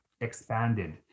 expanded